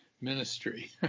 ministry